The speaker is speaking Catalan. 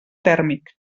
tèrmic